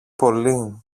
πολύ